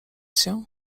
się